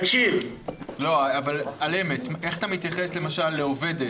איך אתה מתייחס לעובדת,